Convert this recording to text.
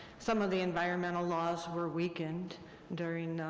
some of the environmental laws were weakened during,